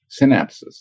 synapses